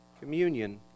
Communion